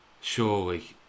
surely